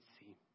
see